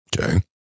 Okay